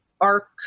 arc